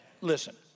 listen